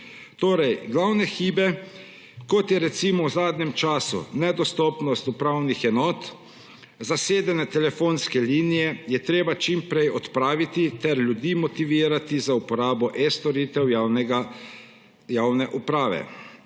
področja. Glavne hibe, kot je recimo v zadnjem času nedostopnost upravnih enot, zasedene telefonske linije, je treba čim prej odpraviti ter ljudi motivirati za uporabo e-storitev javne uprave.